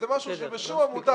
זה משהו שבשום עמותה,